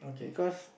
because